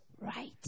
right